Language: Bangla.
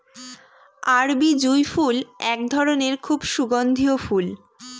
আরবি জুঁই ফুল এক ধরনের খুব সুগন্ধিও ফুল